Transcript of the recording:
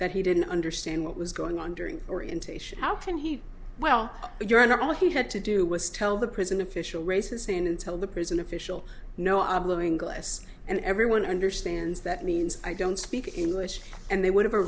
that he didn't understand what was going on during orientation how can he well you're not all he had to do was tell the prison official race and stay in until the prison official know obligating glass and everyone understands that means i don't speak english and they would have a